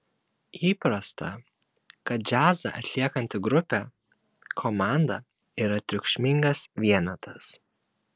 įprasta kad džiazą atliekanti grupė komanda yra triukšmingas vienetas